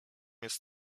jest